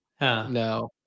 No